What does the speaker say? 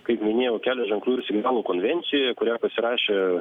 kaip minėjau kelio ženklų ir signalų konvencijoje kurią pasirašė